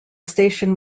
station